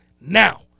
now